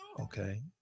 Okay